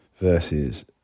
versus